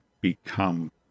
become